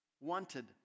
wanted